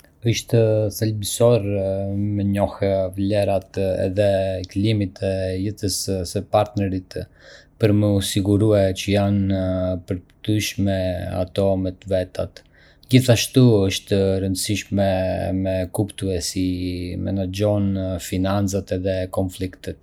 Është thelbësore me njohë vlerat edhe qëllimet e jetës së partnerit për me u sigurue që janë të përputhshme me ato të vetat. Gjithashtu, është e rëndësishme me kuptue si i menaxhon financat edhe konfliktet.